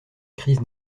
crise